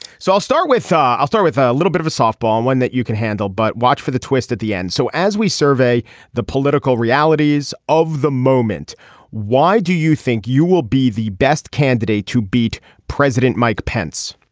so i'll start with ya. ah i'll start with a little bit of a softball one that you can handle but watch for the twist at the end. so as we survey the political realities of the moment why do you think you will be the best candidate to beat president mike pence